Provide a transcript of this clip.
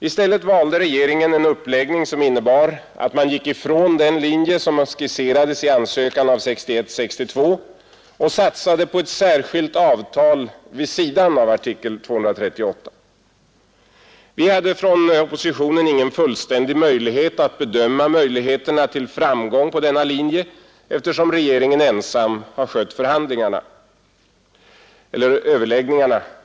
I stället valde regeringen en uppläggning som innebar att man gick ifrån den linje som skisserades i ansökan av 1961—1962 och satsade på ett särskilt avtal vid sidan av artikel 238. Vi hade från oppositionen ingen fullständig möjlighet att bedöma utsikterna till framgång på denna linje, eftersom regeringen ensam har skött överläggningarna.